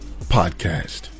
podcast